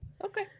Okay